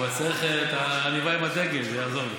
אבל צריך את העניבה עם הדגל, זה יעזור לי.